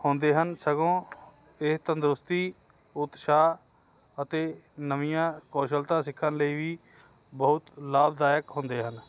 ਹੁੰਦੇ ਹਨ ਸਗੋਂ ਇਹ ਤੰਦਰੁਸਤੀ ਉਤਸਾਹ ਅਤੇ ਨਵੀਆਂ ਕੌਸ਼ਲਤਾ ਸਿੱਖਣ ਲਈ ਵੀ ਬਹੁਤ ਲਾਭਦਾਇਕ ਹੁੰਦੇ ਹਨ